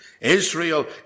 Israel